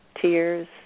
tears